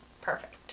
perfect